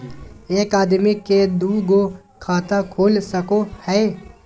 एक आदमी के दू गो खाता खुल सको है?